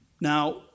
Now